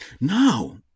Now